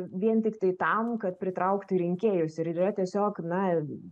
vien tiktai tam kad pritraukti rinkėjus ir yra tiesiog na